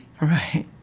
right